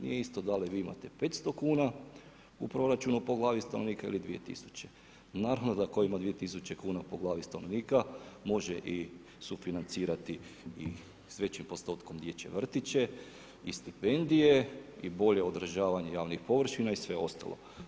Nije isto da li vi imate 500 kuna u proračunu po glavi stanovnika ili 2000. naravno da tko ima 2000 kuna po glavi stanovnika može i sufinancirati i s većim postotkom dječje vrtiće i stipendije i bolje održavanje javnih površina i sve ostalo.